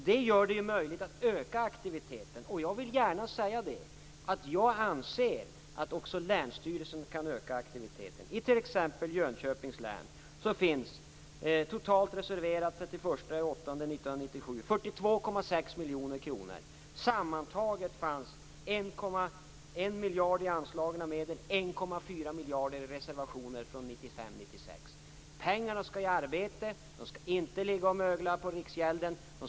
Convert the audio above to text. Det gör det möjligt att öka aktiviteten. Jag vill gärna säga att jag anser att också länsstyrelserna kan öka aktiviteten. I t.ex. Jönköpings län fanns den 31 augusti 1997 totalt 42,6 miljoner kronor reserverade. Sammantaget fanns 1,1 miljarder i anslagna medel och 1,4 miljarder i reservationer från 1995/96. Pengarna skall i arbete, de skall inte ligga och mögla på Riksgäldskontoret.